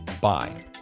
bye